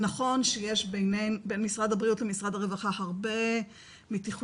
נכון שיש בין משרד הבריאות למשרד הרווחה הרבה מתיחויות